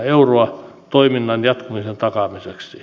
euroa toiminnan jatkumisen takaamiseksi